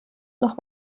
noch